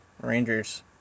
Rangers